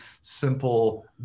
simple